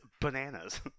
bananas